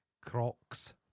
Crocs